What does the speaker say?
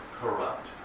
corrupt